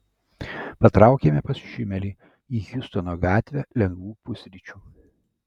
patraukėme pas šimelį į hjustono gatvę lengvų pusryčių